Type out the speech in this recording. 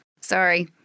sorry